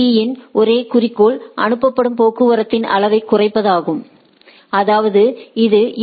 பீ யின் ஒரே குறிக்கோள் அனுப்பப்படும் போக்குவரத்தின் அளவைக் குறைப்பதாகும் அதாவது இது ஏ